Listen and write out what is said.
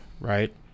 right